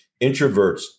introverts